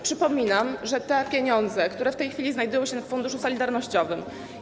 Przypominam, że te pieniądze, które w tej chwili znajdują się w Funduszu Solidarnościowym.